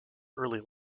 early